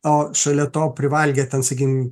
o šalia to privalgė ten sakykim